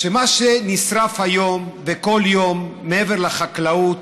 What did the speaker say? שמה שנשרף היום, וכל יום, מעבר לחקלאות,